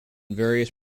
various